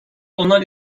onlar